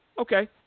okay